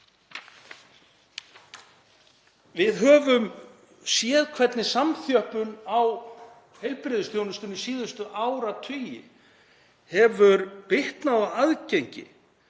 Við höfum séð hvernig samþjöppun á heilbrigðisþjónustunni síðustu áratugi hefur bitnað á aðgengi